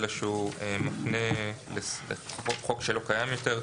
אלא שהוא מפנה לחוק שלא קיים יותר.